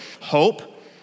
hope